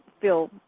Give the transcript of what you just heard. feel